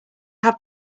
have